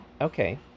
Okay